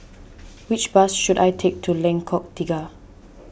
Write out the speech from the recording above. which bus should I take to Lengkok Tiga